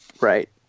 Right